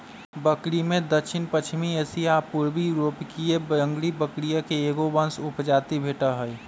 बकरिमें दक्षिणपश्चिमी एशिया आ पूर्वी यूरोपके जंगली बकरिये के एगो वंश उपजाति भेटइ हइ